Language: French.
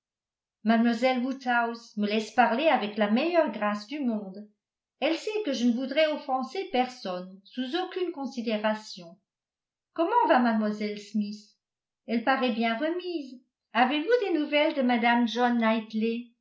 mlle woodhouse me laisse parler avec la meilleure grâce du monde elle sait que je ne voudrais offenser personne sous aucune considération comment va mlle smith elle paraît bien remise ayez vous des nouvelles de mme john